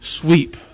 sweep